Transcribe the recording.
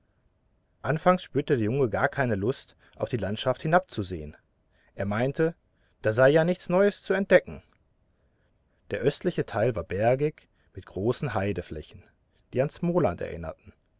anfangs spürte der junge gar keine lust auf die landschaft hinabzusehen er meinte da sei ja nichts neues zu entdecken der östliche teil war bergig mit großen heideflächen die an smland erinnerten